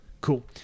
cool